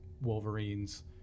Wolverine's